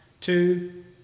two